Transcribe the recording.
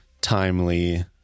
timely